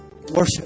worship